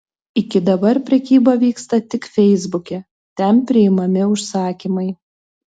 iki dabar prekyba vyksta tik feisbuke ten priimami užsakymai